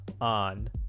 on